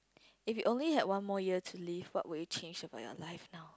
if you only had one more year to live what would you change about your life now